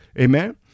Amen